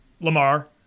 Lamar